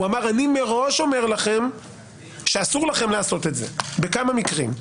הוא אמר שאני מראש אומר לכם שאסור לכם לעשות את זה בכמה מקרים.